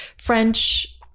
French